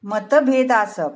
मतभेद आसप